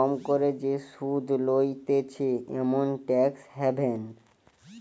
কম করে যে সুধ লইতেছে এমন ট্যাক্স হ্যাভেন